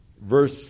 Verse